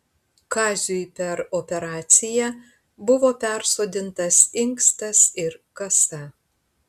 kaziui per operaciją buvo persodintas inkstas ir kasa